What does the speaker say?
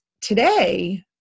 today